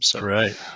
Right